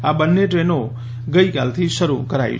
આ બંને ટ્રેનોગઈ કાલથી શરૂ કરાઈ છે